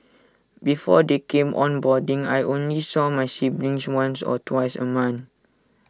before they came on boarding I only saw my siblings once or twice A month